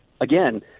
again